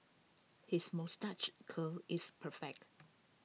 his moustache curl is perfect